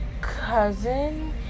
cousin